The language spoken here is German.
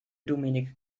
dominik